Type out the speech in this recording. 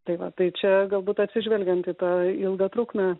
tai va tai čia galbūt atsižvelgiant į tą ilgą trukmę